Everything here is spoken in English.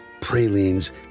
pralines